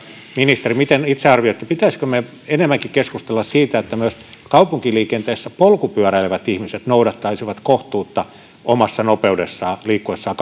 ministeri miten itse arvioitte pitäisikö meidän enemmänkin keskustella siitä että myös kaupunkiliikenteessä kaupunkiympäristössä polkupyöräilevät ihmiset noudattaisivat kohtuutta omassa nopeudessaan liikkuessaan